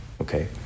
okay